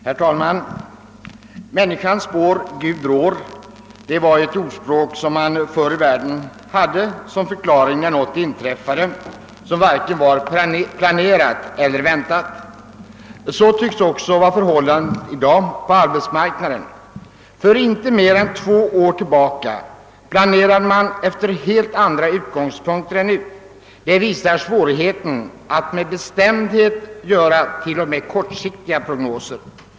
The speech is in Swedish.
Herr talman! Människan spår, men Gud rår, var ett ordspråk som man förr i världen hade som förklaring när något inträffade som varken var planerat eller väntat. Så tycks också förhållandet i dag vara på arbetsmarknaden. För inte mer än två år sedan planerade man med helt andra utgångspunkter än nu. Detta visar svårigheten att med bestämdhet göra t.o.m. kortsiktiga prognoser.